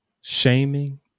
shaming